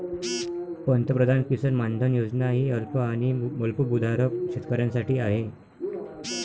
पंतप्रधान किसान मानधन योजना ही अल्प आणि अल्पभूधारक शेतकऱ्यांसाठी आहे